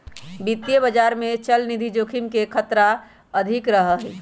वित्तीय बाजार में चलनिधि जोखिम के खतरा अधिक रहा हई